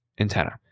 antenna